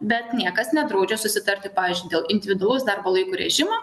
bet niekas nedraudžia susitarti pavyzdžiui dėl individualaus darbo laiko režimo